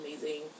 amazing